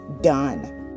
done